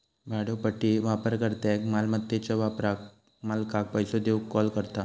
भाड्योपट्टी वापरकर्त्याक मालमत्याच्यो वापराक मालकाक पैसो देऊक कॉल करता